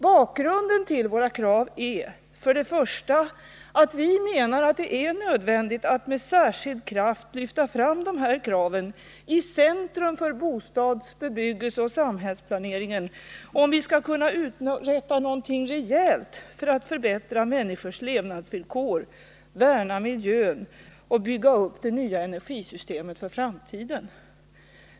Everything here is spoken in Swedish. Bakgrunden till våra krav är för det första att vi menar att det är nödvändigt att med särskild kraft lyfta fram de här kraven i centrum för bostads-, bebyggelseoch samhällsplaneringen om vi skall kunna uträtta något rejält för att förbättra människors levnadsvillkor, värna miljön och bygga upp det nya energisystemet för framtiden.